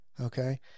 Okay